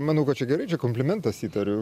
manau kad čia gerai čia komplimentas įtariu